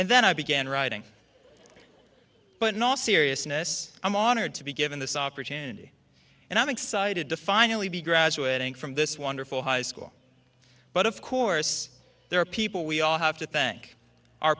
and then i began writing but not seriousness i'm honored to be given this opportunity and i'm excited to finally be graduating from this wonderful high school but of course there are people we all have to thank our